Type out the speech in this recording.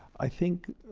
i think